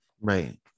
Right